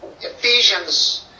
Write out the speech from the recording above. Ephesians